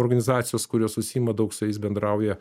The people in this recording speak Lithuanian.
organizacijos kurios užsiima daug su jais bendrauja